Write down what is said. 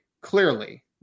clearly